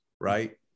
right